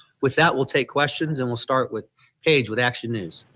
with that we'll take questions and we'll start with age with action news.